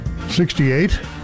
68